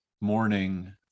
morning